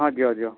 ହଁ ଦିଅ ଦିଅ